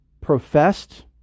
professed